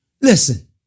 Listen